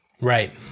Right